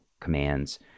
commands